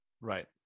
right